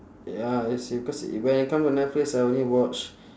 ya it's because i~ when it come to netflix I only watch